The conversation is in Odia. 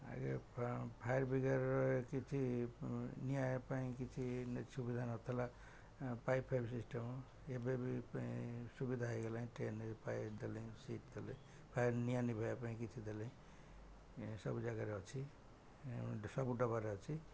ଆଗ ଫାୟାର୍ କିଛି ନିଆଁ ପାଇଁ କିଛି ସୁବିଧା ନଥିଲା ପାଇପ୍ ଫାଇପ୍ ସିଷ୍ଟମ୍ ଏବେ ବି ପାଇଁ ସୁବିଧା ହେଇଗଲାଣି ଟ୍ରେନରେ ଦେଲେ ସିଟ୍ ଦେଲେ ଫ ନିଆଁ ଲିଭାଇବା ପାଇଁ କିଛି ଦେଲେ ସବୁ ଜାଗାରେ ଅଛି ସବୁ ଡବାରେ ଅଛି